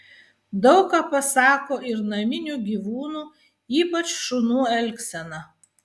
daug ką pasako ir naminių gyvūnų ypač šunų elgsena